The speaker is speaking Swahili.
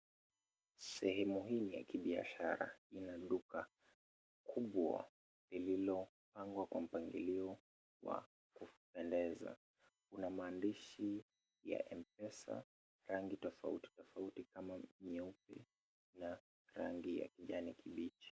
sehemu hii ni ya kiabishara ina duka kubwa lililopangwa kwa mpangilio wa kupendeza kuna maandishi ya Mpesa rangi tofauti tofauti kama nyeupe na rangi ya kijani kibichi.